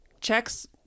checks